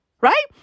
Right